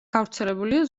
გავრცელებულია